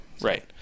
right